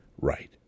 Right